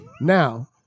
Now